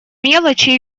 мелочи